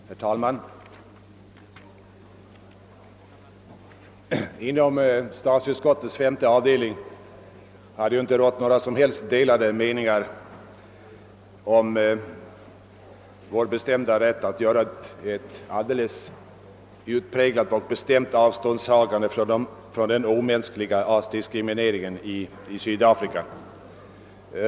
Herr talman! Inom statsutskottets femte avdelning har inte rått några som helst delade meningar om ett bestämt avståndstagande från den omänskliga rasdiskrimineringen i Sydafrika.